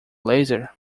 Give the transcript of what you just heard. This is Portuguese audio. laser